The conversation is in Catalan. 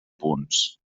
punts